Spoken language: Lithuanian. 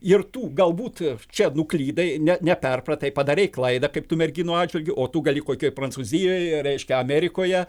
ir tu galbūt čia nuklydai ne neperpratai padarei klaidą kaip tų merginų atžvilgiu o tu gali kokioj prancūzijoje reiškia amerikoje